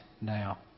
now